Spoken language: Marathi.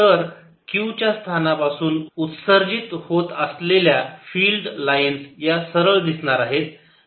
तर q च्या स्थानापासून उत्सर्जित होत असलेल्या फिल्ड लाइन्स या सरळ दिसणार आहे